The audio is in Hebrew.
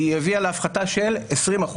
הביאה להפחתה של 20%,